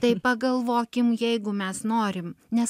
tai pagalvokim jeigu mes norim nes